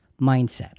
mindset